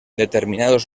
determinados